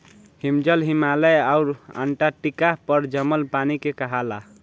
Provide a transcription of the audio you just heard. हिमजल, हिमालय आउर अन्टार्टिका पर जमल पानी के कहाला